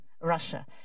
Russia